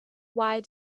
why